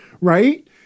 right